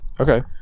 Okay